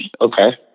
Okay